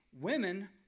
women